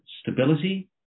stability